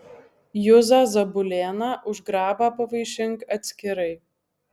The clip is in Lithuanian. juzą zabulėną už grabą pavaišink atskirai